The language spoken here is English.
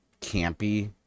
campy